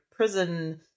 Prison